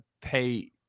pay